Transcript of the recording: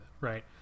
right